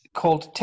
called